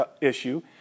issue